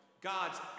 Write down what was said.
God's